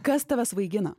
kas tave svaigina